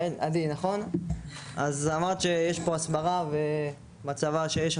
עדי, אמרת שיש הסברה בצבא,